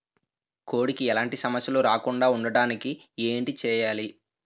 కోడి కి ఎలాంటి సమస్యలు రాకుండ ఉండడానికి ఏంటి చెయాలి?